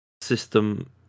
system